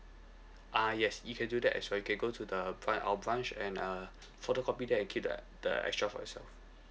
uh yes you can do that as well you can go to the find our branch and uh photocopy there and keep the the extra for yourself